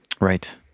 Right